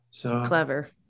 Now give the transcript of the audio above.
Clever